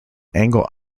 angle